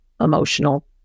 emotional